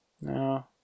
No